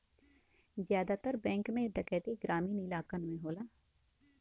जादातर बैंक में डैकैती ग्रामीन इलाकन में होला